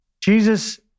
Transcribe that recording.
Jesus